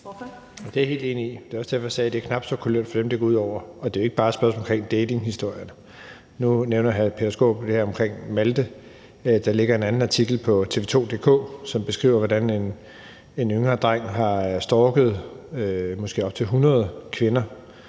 derfor, jeg sagde, at det er knap så kulørt for dem, det går ud over. Og det er jo ikke bare et spørgsmål om datinghistorier. Nu nævner hr. Peter Skaarup det her med Malte, og der ligger en anden artikel på tv2.dk, som beskriver, hvordan en yngre dreng har stalket op til måske 100 kvinder